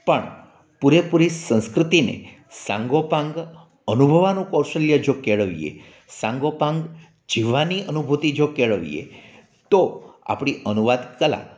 પણ પૂરેપૂરી સંસ્કૃતિને સાંગોપાંગ અનુભવવાનું કૌશલ્ય જો કેળવીએ સાંગોપાંગ જીવવાની અનુભૂતિ જો કેળવીએ તો આપણી અનુવાદ કલા